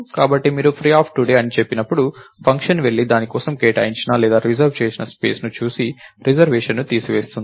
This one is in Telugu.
కాబట్టి మీరు free అని చెప్పినప్పుడు ఫంక్షన్ వెళ్లి దాని కోసం కేటాయించిన లేదా రిజర్వ్ చేసిన స్పేస్ ని చూసి రిజర్వేషన్ను తీసివేస్తుంది